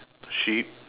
sheep